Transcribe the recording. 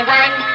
one